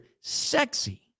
sexy